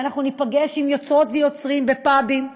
אנחנו ניפגש עם יוצרות ויוצרים בפאבים,